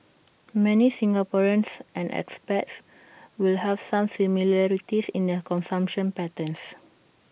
many Singaporeans and expats will have some similarities in their consumption patterns